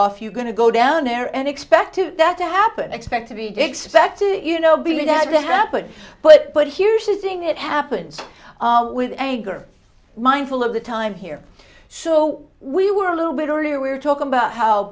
off you're going to go down there and expected that to happen expect to be do expect to you know be let out to happen but but here's the thing that happens with anger mindful of the time here so we were a little bit earlier we're talking about how